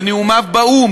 בנאומיו באו"ם,